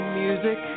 music